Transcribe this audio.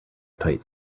tight